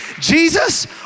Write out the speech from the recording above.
Jesus